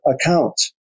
account